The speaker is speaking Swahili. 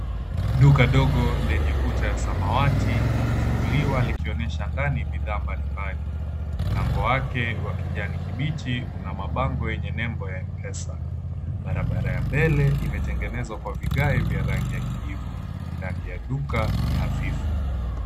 Duka dogo lenye kuta ya samawati limefunguliwa likionesa ndani bidhaa mbalimbali. Mlango wake wa kijani kibichi una mabango yenye nembo ya Mpesa. Barabara ya mbele imetengenezwa kwa vigae vya rangi ya kijivu. Rangi ya duka ni hafifu.